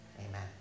Amen